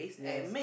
yes